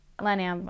Lenny